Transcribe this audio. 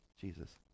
Jesus